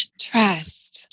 Trust